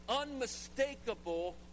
unmistakable